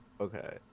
Okay